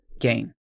gain